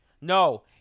No